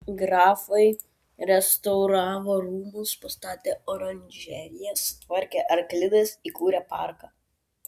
grafai restauravo rūmus pastatė oranžeriją sutvarkė arklides įkūrė parką